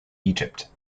egypt